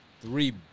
Three